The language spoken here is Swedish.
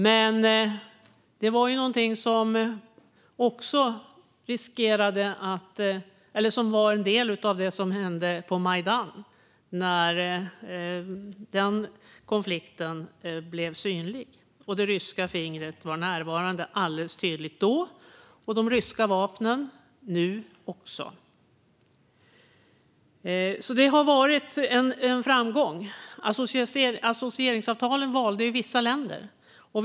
Men detta hänger också samman med den konflikt som blev synlig i händelserna på Majdan. Då var det ryska fingret alldeles tydligt närvarande, och det är de ryska vapnen nu också. Det har alltså varit en framgång. Vissa länder valde associeringsavtal.